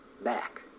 back